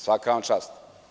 Svaka vam čast.